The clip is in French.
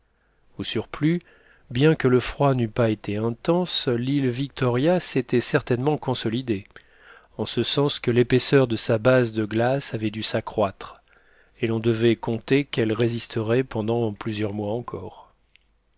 au surplus bien que le froid n'eût pas été intense l'île victoria s'était certainement consolidée en ce sens que l'épaisseur de sa base de glace avait dû s'accroître et l'on devait compter qu'elle résisterait pendant plusieurs mois encore